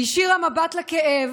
הישירה מבט לכאב,